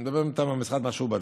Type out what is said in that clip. אני מדבר מטעם המשרד, מה שהוא בדק.